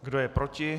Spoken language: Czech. Kdo je proti?